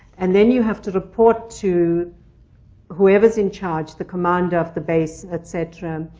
and then you have to report to whoever's in charge the commander of the base, et cetera,